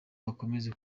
bakomeze